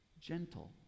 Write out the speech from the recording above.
gentle